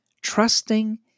trusting